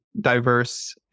diverse